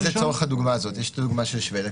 ואז לצורך הדוגמה הזאת יש את הדוגמה של שבדיה,